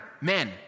men